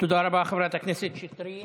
תודה רבה, חברת הכנסת שטרית.